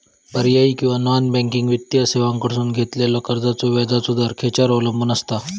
पर्यायी किंवा non banking वित्तीय सेवांकडसून घेतलेल्या कर्जाचो व्याजाचा दर खेच्यार अवलंबून आसता?